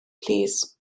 plîs